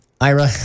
Ira